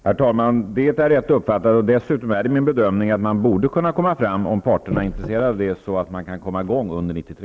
Herr talman! Det är rätt uppfattat. Dessutom är det min bedömning att man borde, om parterna är intresserade, kunns komma i gång under 1993.